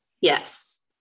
Yes